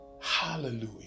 Hallelujah